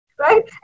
Right